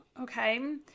Okay